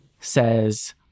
says